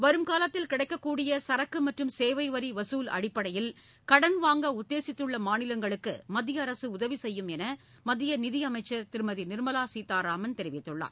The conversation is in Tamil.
வருங்காலத்தில் கிடைக்க்கூடிய சரக்கு மற்றும் சேவை வரி வசூல் அடிப்படையில் கடன் வாங்க உத்தேசித்துள்ள மாநிலங்களுக்கு மத்திய அரசு உதவி செய்யும் என்று மத்திய நிதியமைச்சர் திருமதி நிர்மலா சீதாராமன் தெரிவித்துள்ளார்